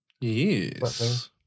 Yes